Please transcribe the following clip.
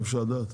אם אפשר לדעת.